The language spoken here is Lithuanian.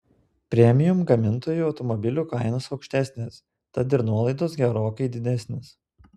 premium gamintojų automobilių kainos aukštesnės tad ir nuolaidos gerokai didesnės